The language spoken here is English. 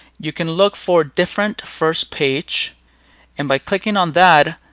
you can look for different first page and by clicking on that,